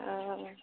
हँ